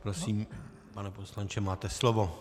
Prosím, pane poslanče, máte slovo.